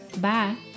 Bye